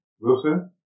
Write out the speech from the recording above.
Wilson